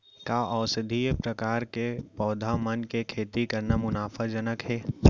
का औषधीय प्रकार के पौधा मन के खेती करना मुनाफाजनक हे?